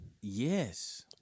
Yes